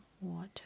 water